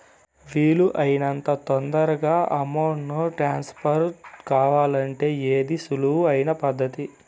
వీలు అయినంత తొందరగా అమౌంట్ ను ట్రాన్స్ఫర్ కావాలంటే ఏది సులువు అయిన పద్దతి